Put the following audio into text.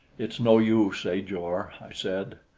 it's no use, ajor, i said,